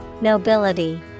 Nobility